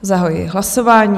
Zahajuji hlasování.